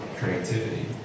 Creativity